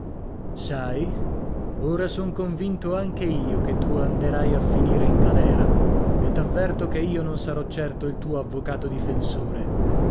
sai ora son convinto anche io che tu anderai a finire in galera e t'avverto che io non sarò certo il tuo avvocato difensore